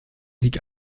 sieg